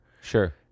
sure